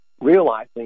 realizing